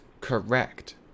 correct